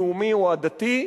לאומי או עדתי,